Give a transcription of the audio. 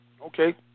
Okay